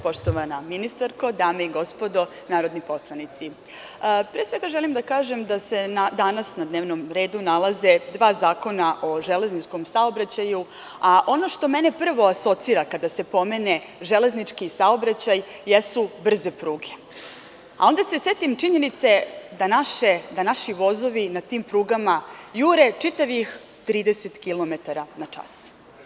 Poštovana ministarsko, dame i gospodo narodno poslanici, pre svega, želim da kažem da se danas na dnevnom redu nalaze dva zakona o železničkom saobraćaju, a ono što mene prvo asocira kada se pomene železnički saobraćaj jesu brze pruge, a onda se setim činjenice da naši vozovi na tim prugama jure čitavih 30 kilometara na čas.